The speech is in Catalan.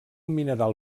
mineral